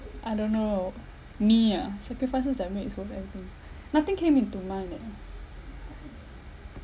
I don't know orh me ah sacrifices that I've made that's worth everything nothing came into mind eh